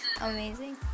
amazing